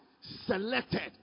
selected